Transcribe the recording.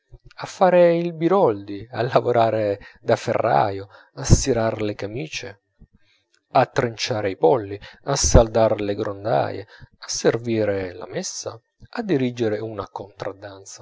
a fare i biroldi a lavorar da ferraio a stirar le camicie a trinciare i polli a saldar le grondaie a servire la messa a dirigere una